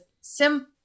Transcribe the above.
sim